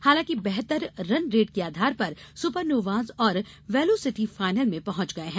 हालांकि बेहतर run rate के आधार पर सुपरनोवाज और वेलोसिटी फाइनल में पहुंच गए हैं